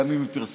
גם אם היא פרסמה,